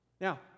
Now